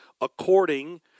according